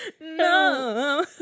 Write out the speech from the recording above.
no